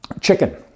chicken